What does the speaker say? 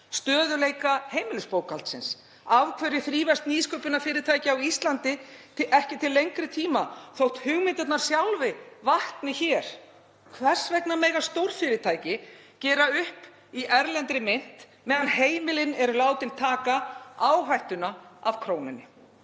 stöðugleika heimilisbókhaldsins? Af hverju þrífast nýsköpunarfyrirtæki á Íslandi ekki til lengri tíma þótt hugmyndirnar sjálfar kvikni hér? Hvers vegna mega stórfyrirtæki gera upp í erlendri mynt meðan heimilin eru látin taka áhættuna af krónunni?